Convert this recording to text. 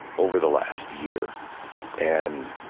over the last year and